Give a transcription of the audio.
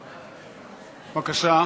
בבקשה.